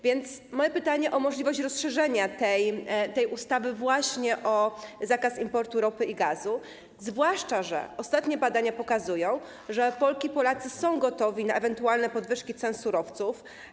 Więc moje pytanie jest o możliwość rozszerzenia tej ustawy właśnie o zakaz importu ropy i gazu, zwłaszcza że ostatnie badania pokazują, że Polki i Polacy są gotowi na ewentualne podwyżki cen surowców.